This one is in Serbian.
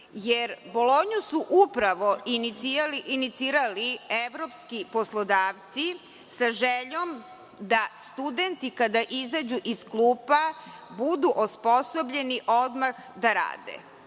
Bolonju su inicirali upravo evropski poslodavci sa željom da studenti kada izađu iz klupa budu osposobljeni da odmah rade.